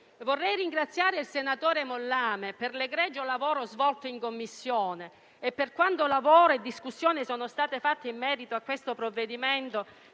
Vorrei ringraziare il senatore Mollame per l'egregio lavoro svolto in Commissione e per il lavoro e la discussione che sono stati fatti in merito a questo provvedimento